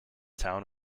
town